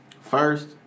First